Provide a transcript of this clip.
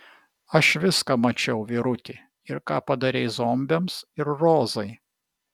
aš viską mačiau vyruti ir ką padarei zombiams ir rozai